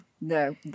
no